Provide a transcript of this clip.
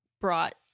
Brought